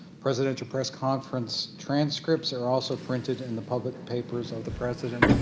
presidential press conference transcripts are also printed in the public papers of the president,